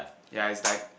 ya it's like